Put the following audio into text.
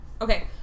okay